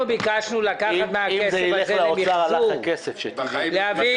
אם זה יחזור לאוצר אז הלך הכסף, רק שתדעי.